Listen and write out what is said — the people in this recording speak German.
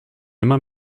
immer